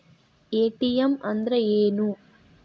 ATM ಅಂದ್ರ ಏನು?